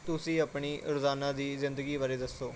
ਤੁਸੀਂ ਆਪਣੀ ਰੋਜ਼ਾਨਾ ਦੀ ਜ਼ਿੰਦਗੀ ਬਾਰੇ ਦੱਸੋ